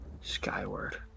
Skyward